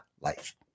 life